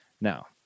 Now